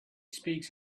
speaks